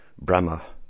Brahma